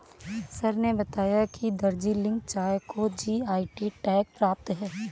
sir ने बताया कि दार्जिलिंग चाय को जी.आई टैग प्राप्त है